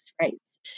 rates